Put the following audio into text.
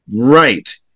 Right